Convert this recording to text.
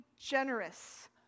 generous